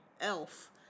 Elf